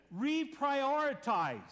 reprioritize